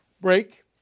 break